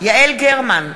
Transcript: יעל גרמן,